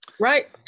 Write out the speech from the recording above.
right